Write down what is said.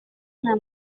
nta